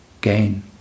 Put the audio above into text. gain